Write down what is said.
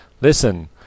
Listen